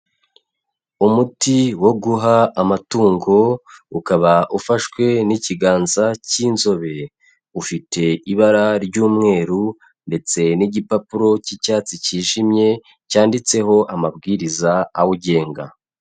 Umuti wo guha amatungo ukaba ufashwe n'ikiganza cy'inzobe, ufite ibara ry'umweru ndetse n'igipapuro cy'icyatsi cyijimye cyanditseho amabwiriza awugenga.